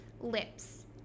Lips